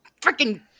freaking